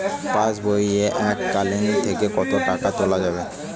পাশবই এককালীন থেকে কত টাকা তোলা যাবে?